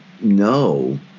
no